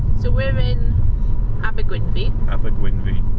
so we're um in abergwynfi abergwynfi